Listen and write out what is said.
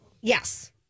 Yes